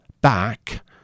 back